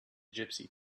gypsy